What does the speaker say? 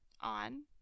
On